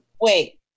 Wait